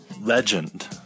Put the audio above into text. legend